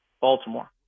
baltimore